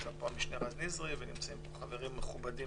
נמצא פה המשנה רז נזרי ונמצאים פה חברים מכובדים